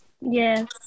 Yes